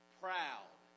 proud